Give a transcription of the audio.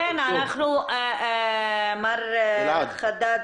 מר חדד,